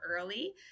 early